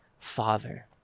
Father